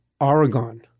Oregon